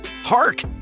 hark